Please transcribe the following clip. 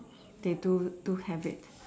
they do do have it